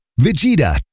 Vegeta